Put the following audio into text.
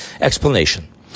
Explanation